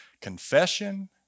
confession